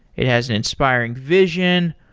it has an inspiring vision,